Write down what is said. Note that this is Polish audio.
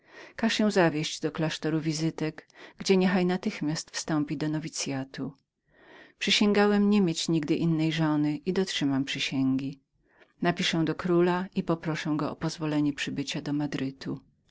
ją zawieźć do klasztoru annonciady gdzie niechaj natychmiast wstąpi do nowicyatu ja napiszę do króla prosząc go o pozwolenie przybycia do madrytu